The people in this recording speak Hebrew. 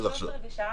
חצי שעה,